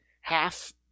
half